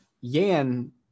Yan